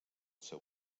seu